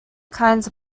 kinds